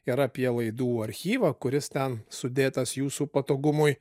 ir apie laidų archyvą kuris ten sudėtas jūsų patogumui